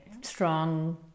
strong